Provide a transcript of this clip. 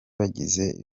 bagize